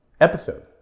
episode